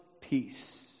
peace